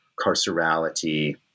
carcerality